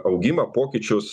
augimą pokyčius